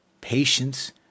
Patience